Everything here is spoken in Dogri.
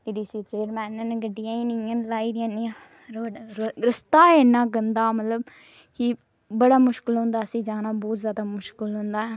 डीडीसी चेयरमैन न उ'नें गड्डियां ही नेईं हैन लाई दियां इन्नियां रस्ता इन्ना गंदा मतलब कि बड़ा मुश्कल होंदा असेंगी बहुत ज्यादा मुश्कल होंदा